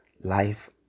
life